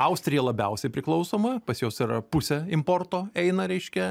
austrija labiausiai priklausoma pas juos yra pusė importo eina reiškia